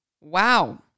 wow